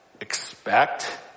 Expect